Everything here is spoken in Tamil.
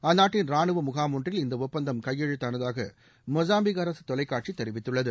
அந்நாட்டின் ராணுவ முகாம் ஒன்றில் இந்த ஒப்பந்தம் கையெழுத்தானதாக மொஸாம்பிக் அரசு தொலைக்காட்சி தெரிவித்துள்ளது